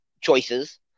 choices